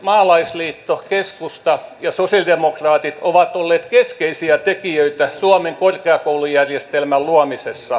maalaisliitto keskusta ja sosialidemokraatit ovat olleet keskeisiä tekijöitä suomen korkeakoulujärjestelmän luomisessa